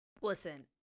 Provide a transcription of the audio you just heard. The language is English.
Listen